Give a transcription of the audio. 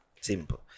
Simple